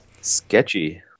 Sketchy